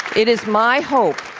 it is my hope